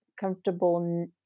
comfortable